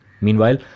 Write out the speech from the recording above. Meanwhile